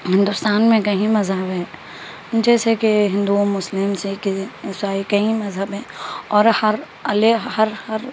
ہندوستان میں کئی مذہب ہیں جیسے کہ ہندو مسلم سکھ عیسائی کئی مذہب ہیں اور ہر الے ہر ہر